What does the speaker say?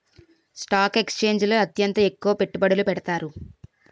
stock ఎక్స్చేంజిల్లో అత్యంత ఎక్కువ పెట్టుబడులు పెడతారు